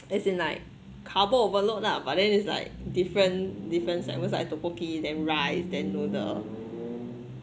as in like carbo overload lah but then is like different different segments like tteokbokki then rice then noodle